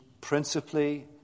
principally